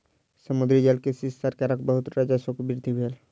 समुद्री जलकृषि सॅ सरकारक बहुत राजस्वक वृद्धि भेल